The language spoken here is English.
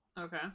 Okay